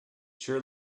sure